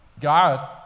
God